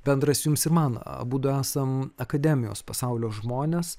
bendras jums ir man abudu esam akademijos pasaulio žmonės